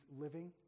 living